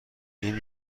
این